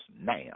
now